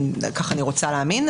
כך אני רוצה להאמין,